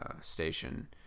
station